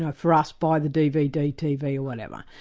ah for us, by the dvd, tv or whatever.